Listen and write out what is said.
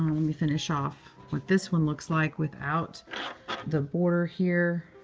me finish off what this one looks like without the border here.